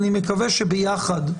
אני מקווה שביחד,